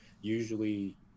usually